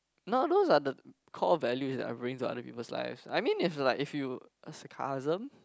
no those are the core values that I bring to other people's life I mean if like if you uh sarcasm